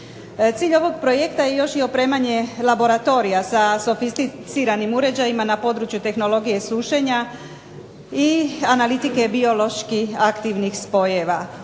Cilj ovog projekta je još opremanje laboratorija sa sofisticiranim uređajima na području tehnologije sušenja i analitike biološki aktivnih spojeva.